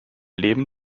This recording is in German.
leben